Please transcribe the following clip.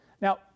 Now